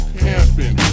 camping